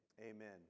amen